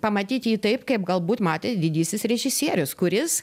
pamatyti jį taip kaip galbūt matė didysis režisierius kuris